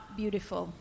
beautiful